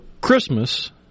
Christmas